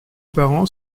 parents